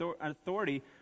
authority